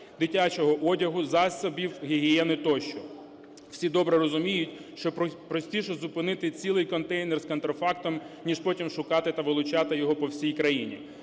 дитячого одягу, засобів гігієни тощо. Всі добре розуміють, що простіше зупинити цілий контейнер з контрафактом, ніж потім шукати та вилучати його по всій країні.